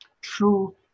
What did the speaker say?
true